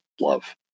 Love